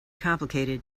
complicated